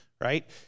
right